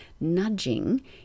nudging